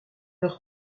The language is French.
leur